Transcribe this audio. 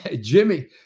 Jimmy